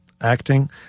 acting